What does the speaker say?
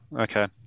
Okay